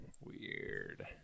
Weird